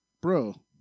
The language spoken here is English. bro